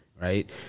right